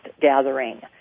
gathering